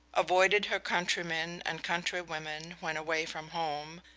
avoided her countrymen and countrywomen when away from home,